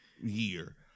year